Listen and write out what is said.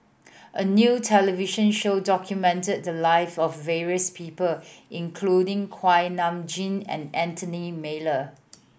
a new television show documented the live of various people including Kuak Nam Jin and Anthony Miller